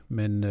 men